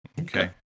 Okay